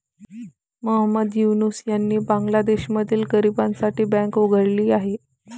मोहम्मद युनूस यांनी बांगलादेशातील गरिबांसाठी बँक उघडली आहे